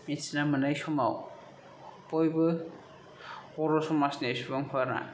मिथिना मोननाय समाव बयबो बर' समाजनि सुबुंफोरा